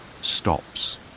stops